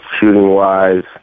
shooting-wise